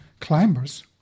climbers